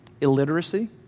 illiteracy